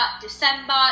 December